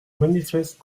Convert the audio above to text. manifeste